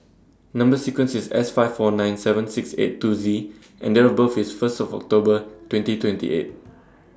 Number sequence IS S five four nine seven six eight two Z and Date of birth IS First of October twenty twenty eight